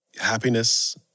happiness